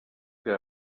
que